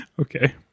Okay